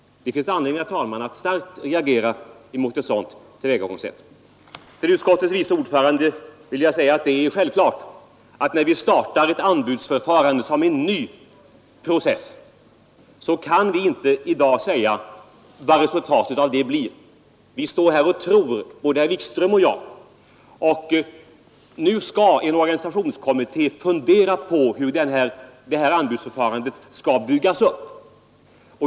Det finns anledning, herr talman, att starkt reagera mot ett sådant tillvägagångsätt. Till utskottets vice ordförande vill jag säga att det är självklart att när vi startar ett anbudsförfarande som en ny process kan vi inte i dag säga vad resultatet av det blir. Vi står här och tror, både herr Wikström och jag, och nu skall en organisationskommitté fundera på hur det här anbudsförfarandet skall byggas upp.